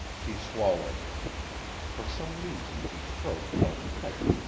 he swallowed for some reason his throat felt tight.